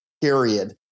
period